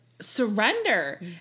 surrender